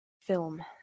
film